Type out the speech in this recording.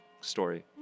story